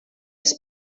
mes